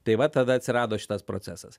tai va tada atsirado šitas procesas